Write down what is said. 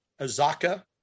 azaka